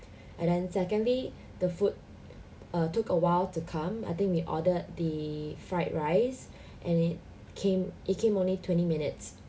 and then secondly the food err took awhile to come I think we ordered the fried rice and it came it came only twenty minutes